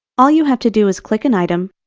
all you have to do is click an item,